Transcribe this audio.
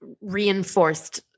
reinforced